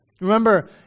Remember